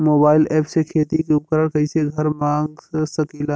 Mobile ऐपसे खेती के उपकरण कइसे घर मगा सकीला?